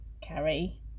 carry